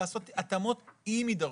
לעשות התאמות אם יידרשו.